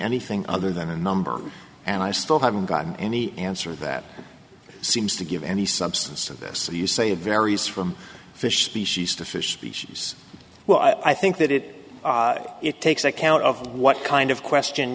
anything other than a number and i still haven't gotten any answer that seems to give any substance and this you say it varies from fish species to fish species well i think that it it takes account of what kind of question